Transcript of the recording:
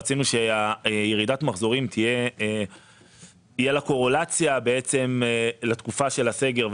רצינו שלירידת המחזורים תהיה קורלציה בעצם לתקופה של הסגר,